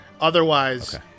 Otherwise